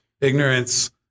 ignorance